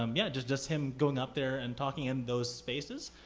um yeah, just just him going up there and talking in those spaces,